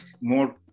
more